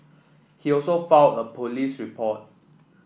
he also filed a police report